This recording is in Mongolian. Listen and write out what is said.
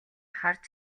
харж